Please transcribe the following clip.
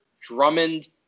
Drummond